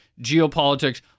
geopolitics